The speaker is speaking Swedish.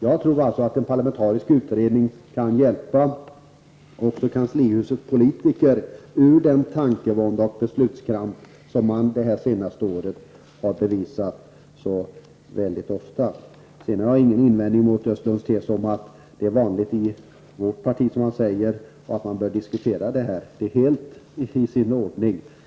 Jag tror alltså att en parlamentarisk utredning kan hjälpa också kanslihusets politiker ur den tankevånda och beslutskramp som de under det senaste året så ofta har visat. Jag har ingen invändning mot Sten Östlunds tes om att det är vanligt i vårt parti, som han säger, och att man bör diskutera det här. Det är helt i sin ordning.